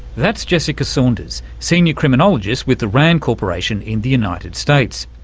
that's jessica saunders, senior criminologist with the rand corporation in the united states.